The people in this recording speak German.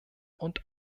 und